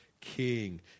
king